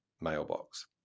mailbox